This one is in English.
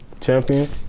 Champion